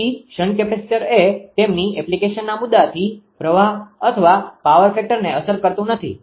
તેથી shunt capacitor એ તેમની એપ્લિકેશનના મુદ્દાથી પ્રવાહ અથવા પાવર ફેક્ટરને અસર કરતું નથી